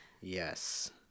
Yes